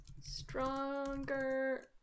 Stronger